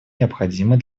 необходимый